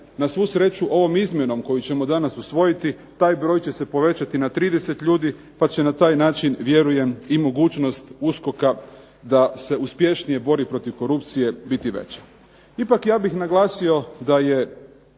Na svu sreću ovom izmjenom koju ćemo danas usvojiti taj broj će se povećati na 30 ljudi pa će na taj način vjerujem i mogućnost USKOK-a da se uspješnije bori protiv korupcije biti veći. Ipak ja bih naglasio da je